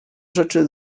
rzeczy